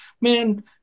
man